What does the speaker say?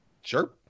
Sure